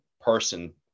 person